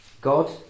God